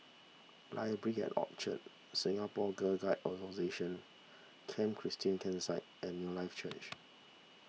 Library at Orchard Singapore Girl Guides Association Camp Christine Campsite and Newlife Church